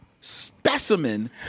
specimen